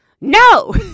no